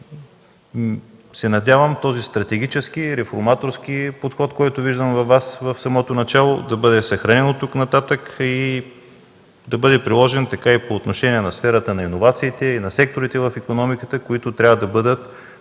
Надявам се този стратегически реформаторски подход, който виждам във Вас в самото начало, да бъде съхранен оттук нататък и да бъде приложен както в сферата на иновациите, така и на секторите в икономиката, които трябва да бъдат